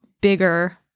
bigger